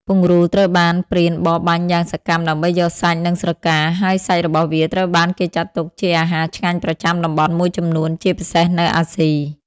ពង្រូលត្រូវបានព្រានបរបាញ់យ៉ាងសកម្មដើម្បីយកសាច់ និងស្រកា ហើយសាច់របស់វាត្រូវបានគេចាត់ទុកជាអាហារឆ្ងាញ់ប្រចាំតំបន់មួយចំនួន ជាពិសេសនៅអាស៊ី។